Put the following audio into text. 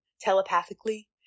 telepathically